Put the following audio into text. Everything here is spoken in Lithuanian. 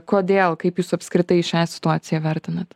kodėl kaip jūs apskritai šią situaciją vertinat